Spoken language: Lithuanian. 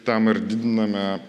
tam ar didiname